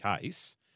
case